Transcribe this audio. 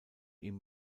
ihm